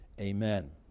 Amen